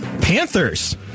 Panthers